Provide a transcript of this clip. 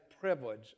privilege